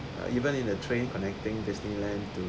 even in the train connecting disneyland to